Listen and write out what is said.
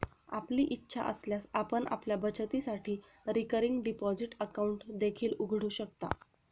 आपली इच्छा असल्यास आपण आपल्या बचतीसाठी रिकरिंग डिपॉझिट अकाउंट देखील उघडू शकता